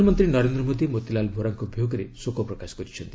ପ୍ରଧାନମନ୍ତ୍ରୀ ନରେନ୍ଦ୍ର ମୋଦୀ ମୋତିଲାଲ ଭୋରାଙ୍କ ବିୟୋଗରେ ଶୋକ ପ୍ରକାଶ କରିଛନ୍ତି